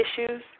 issues